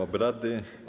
obrady.